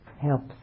helps